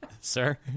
sir